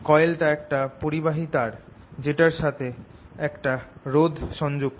কয়েলটা একটা পরিবাহী তার যেটার সাথে একটা রোধ সংযুক্ত